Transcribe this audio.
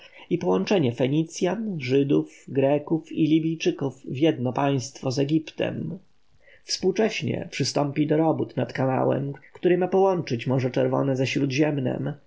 i połączenie fenicjan żydów greków i libijczyków w jedno państwo z egiptem współcześnie przystąpi do robót nad kanałem który ma połączyć morze czerwone ze śródziemnem